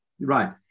Right